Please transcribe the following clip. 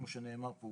כמו שנאמר פה,